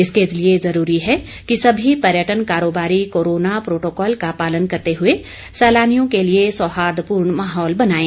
इसके लिए जरूरी है कि सभी पर्यटन कारोबारी कोरोना प्रोटोकोल का पालन करते हुए सैलानियों के लिए सौहार्द पूर्ण माहौल बनाएं